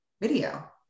video